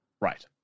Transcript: Right